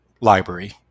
library